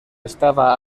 estava